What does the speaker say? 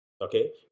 okay